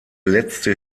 letzte